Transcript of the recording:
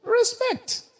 Respect